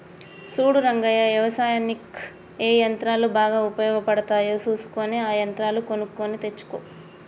సూడు రంగయ్య యవసాయనిక్ ఏ యంత్రాలు బాగా ఉపయోగపడుతాయో సూసుకొని ఆ యంత్రాలు కొనుక్కొని తెచ్చుకో